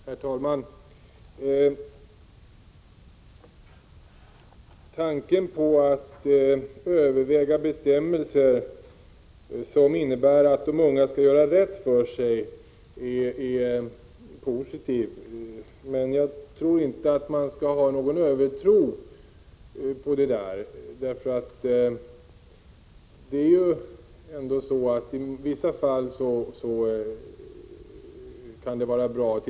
Herr talman! Tanken på att överväga bestämmelser som innebär att de unga får göra rätt för sig är positiv. Men jag tror inte att man skall ha någon övertro på ett sådant system. I vissa fall kan det vara bra.